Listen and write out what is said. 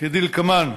כדלקמן: